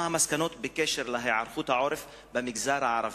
מה המסקנות בקשר להיערכות העורף במגזר הערבי?